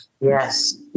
Yes